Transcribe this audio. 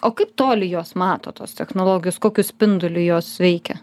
o kaip toli jos mato tos technologijos kokiu spinduliu jos veikia